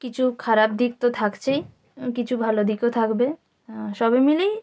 কিছু খারাপ দিক তো থাকছেই কিছু ভালো দিকও থাকবে সবই মিলিয়ে